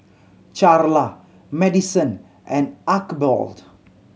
Charla Maddison and Archibald